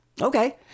Okay